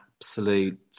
absolute